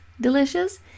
delicious